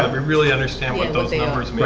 um we really understand what those numbers mean.